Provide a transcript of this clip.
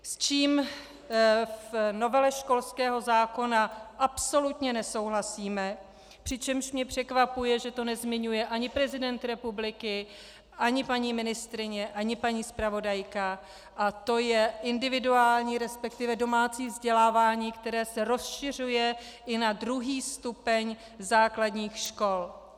S čím v novele školského zákona absolutně nesouhlasíme, přičemž mě překvapuje, že to nezmiňuje ani prezident republiky ani paní ministryně ani paní zpravodajka, a to je individuální, resp. domácí vzdělávání, které se rozšiřuje i na druhý stupeň základních škol.